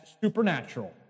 supernatural